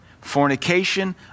fornication